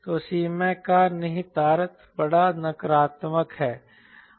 तो Cmac का निहितार्थ बड़ा नकारात्मक क्या है